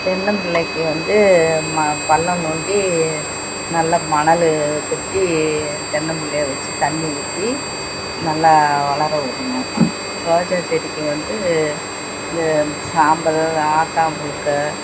தென்னம் பிள்ளைக்கு வந்து மா பள்ளம் நோண்டி நல்ல மணல் கொட்டி தென்னம் பிள்ளையை வச்சு தண்ணி ஊற்றி நல்லா வளரவுடணும் ரோஜா செடிக்கு வந்து இந்த சாம்பல் ஆட்டாம் புழுக்கை